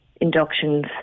inductions